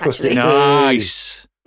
Nice